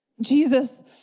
Jesus